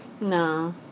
No